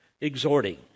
Exhorting